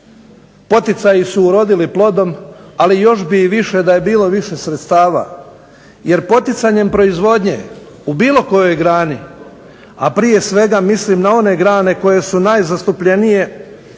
poticaji su urodili plodom ali još bi više da je bilo više sredstava jer poticanjem proizvodnje u bilo kojoj grani a prije svega mislim na one grane koje su najzastupljenije